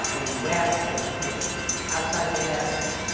in the west, there are potentials outside the west.